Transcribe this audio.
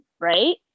right